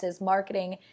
marketing